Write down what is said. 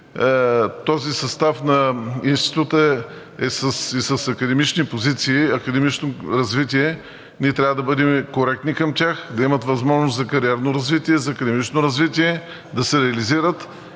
този състав на Института е и с академични позиции, академично развитие, ние трябва да бъдем коректни към тях, да имат възможност за кариерно развитие, за академично развитие, да се реализират.